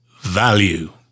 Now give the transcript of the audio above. value